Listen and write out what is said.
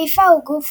פיפ"א הוא הגוף